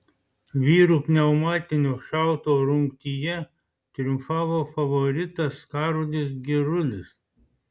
vyrų pneumatinio šautuvo rungtyje triumfavo favoritas karolis girulis